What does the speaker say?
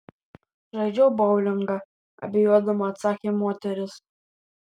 žaidžiau boulingą abejodama atsakė moteris